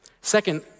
Second